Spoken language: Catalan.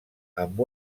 amb